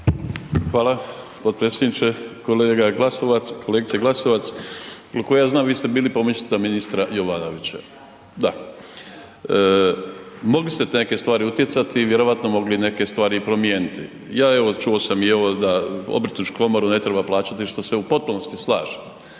Hvala potpredsjedniče. Kolegice Glasovac, koliko ja znam vi ste bili pomoćnica ministra Jovanovića, da, mogli ste na neke stvari utjecati i vjerojatno mogli neke stvari i promijeniti. Ja evo čuo sam i ovo da Obrtničku komoru ne treba plaćati što se u potpunosti slažem,